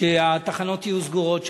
כשהתחנות יהיו סגורות שם,